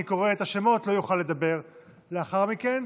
קורא את השמות לא יוכל לדבר לאחר מכן,